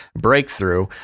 breakthrough